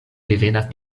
devenas